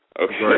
Okay